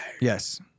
Yes